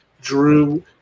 Drew